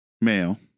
male